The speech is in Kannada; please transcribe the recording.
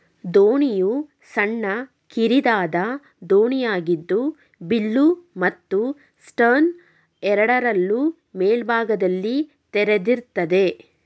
ದೋಣಿಯು ಸಣ್ಣ ಕಿರಿದಾದ ದೋಣಿಯಾಗಿದ್ದು ಬಿಲ್ಲು ಮತ್ತು ಸ್ಟರ್ನ್ ಎರಡರಲ್ಲೂ ಮೇಲ್ಭಾಗದಲ್ಲಿ ತೆರೆದಿರ್ತದೆ